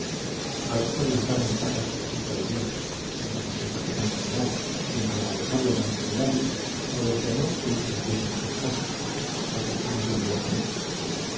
algunos lanzaron estacas con punta de hierro contra nuestro capitán general quien para alejarlos e intimidarlos ordenó que incendiásemos sus casas lo que hicimos inmediatamente